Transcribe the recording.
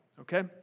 okay